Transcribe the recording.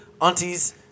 Auntie's